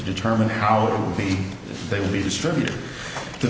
determine how it will be they will be distributed to